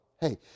hey